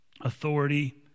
authority